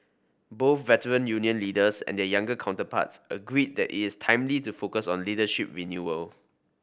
both veteran union leaders and their younger counterparts agreed that it's timely to focus on leadership renewal